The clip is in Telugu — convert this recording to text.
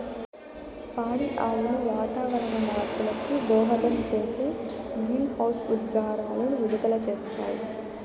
పాడి ఆవులు వాతావరణ మార్పులకు దోహదం చేసే గ్రీన్హౌస్ ఉద్గారాలను విడుదల చేస్తాయి